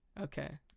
Okay